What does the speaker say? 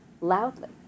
loudly